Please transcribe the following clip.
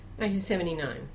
1979